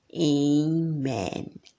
amen